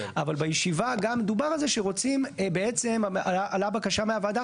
אבל בישיבה גם דובר על זה שרוצים בעצם עלתה בקשה מהוועדה